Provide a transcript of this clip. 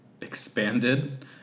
expanded